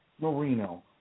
Marino